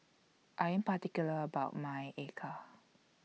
I Am particular about My Acar